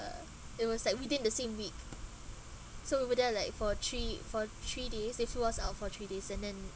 uh it was like within the same week so over there like for three for three days if it was out for three days and then